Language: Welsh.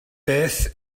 beth